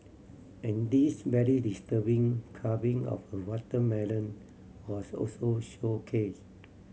and this very disturbing carving of a watermelon was also showcase